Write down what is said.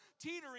teetering